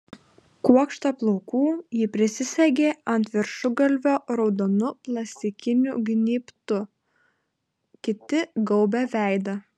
kuokštą plaukų ji prisisegė ant viršugalvio raudonu plastikiniu gnybtu kiti gaubė veidą